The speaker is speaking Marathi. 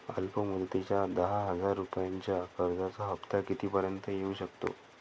अल्प मुदतीच्या दहा हजार रुपयांच्या कर्जाचा हफ्ता किती पर्यंत येवू शकतो?